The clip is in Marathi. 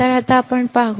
तर आता आपण पाहू